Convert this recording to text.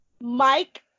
Mike